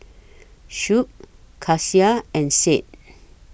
Shuib Kasih and Said